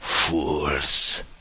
Fools